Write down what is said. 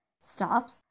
stops